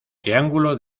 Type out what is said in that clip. triángulo